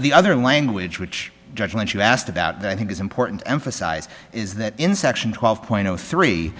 the other language which judgment you asked about that i think is important emphasize is that in section twelve